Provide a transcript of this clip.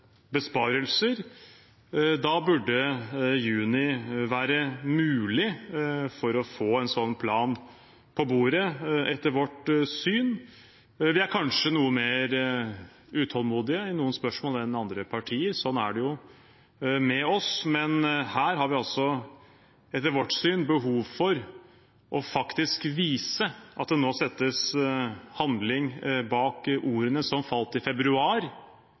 besparelser. Da burde det etter vårt syn være mulig å få en slik plan på bordet i juni. Vi er kanskje noe mer utålmodige i noen spørsmål enn andre partier – slik er det jo med oss – men her har vi altså etter vårt syn behov for faktisk å vise at det settes handling bak ordene som falt i februar,